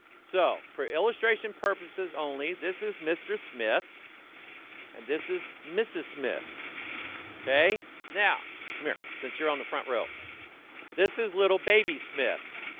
so for illustration purposes only this is mr. smith and this is mrs. smith okay now come here since you're on the front row this is little baby smith